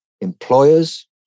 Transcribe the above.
employers